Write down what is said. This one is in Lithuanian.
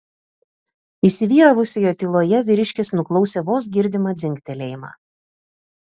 įsivyravusioje tyloje vyriškis nuklausė vos girdimą dzingtelėjimą